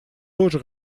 тоже